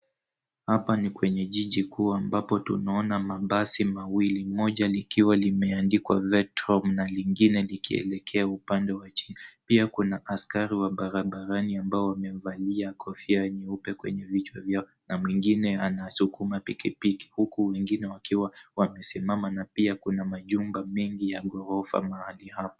Hapa ni kwenye jiji kuu ambapo tunaona mabasi mawili. Moja likiwa limeandikwa Vetor na lingine likielekea upande wa chini. Pia kuna askari wa barabarani ambao wamevalia kofia nyeupe kwenye vichwa vyao na mwingine anasukuma pikipiki huku wengine wakiwa wamesimama na pia kuna majumba mengi ya ghorofa hapa.